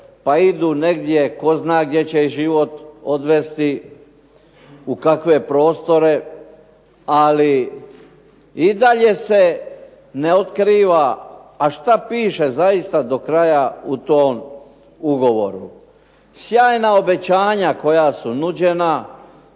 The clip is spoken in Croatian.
pa idu negdje, tko zna gdje će ih život odvesti, u kakve prostore. Ali i dalje se ne otkriva a što piše do kraja u tom ugovoru. Sjajna obećanja koja su nuđena,